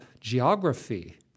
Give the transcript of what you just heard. geography